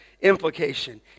implication